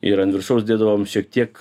ir ant viršaus dėdavom šiek tiek